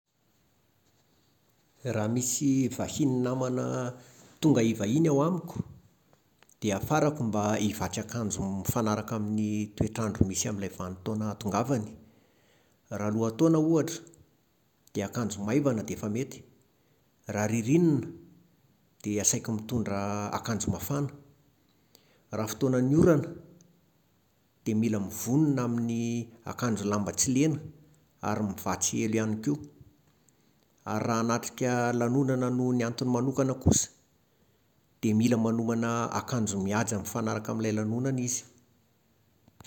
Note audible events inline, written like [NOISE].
Raha misy vahiny namana [HESITATION] tonga hivahiny ao amiko, dia hafarako mba hivatsy akanjo m-mifanaraka amin'ny toetrandro misy amin'ilay vanim-potoana hahatongavany. Raha lohataona, ohatra, dia akanjo maivana dia efa mety. Raha ririnina dia asaiko mitondra [HESITATION] akanjo mafana. Raha fotoanan'ny orana dia mila mivonona amin'ny [HESITATION] akanjo lamba tsy lena ary mivatsy elo ihany koa. Ary raha hanatrika [HESITATION] lanonana noho ny antony manokana kosa dia mila manomana akanjo mihaja mifanaraka amin'ilay lanonana izy